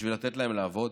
בשביל לתת להם לעבוד?